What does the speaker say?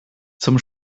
zum